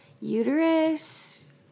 uterus